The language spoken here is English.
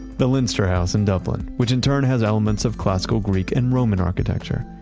the leinster house in dublin, which in turn has elements of classical greek and roman architecture.